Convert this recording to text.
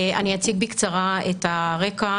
אני אציג בקצרה את הרקע,